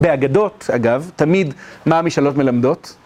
באגדות אגב, תמיד מה המשאלות מלמדות?